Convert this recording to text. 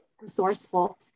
resourceful